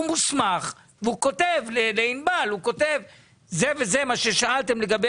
הוא מוסמך והוא כותב לענבל מה ששאלתם לגבי